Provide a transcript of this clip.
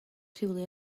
rhywle